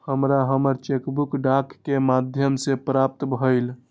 हमरा हमर cheque book डाक के माध्यम से प्राप्त भईल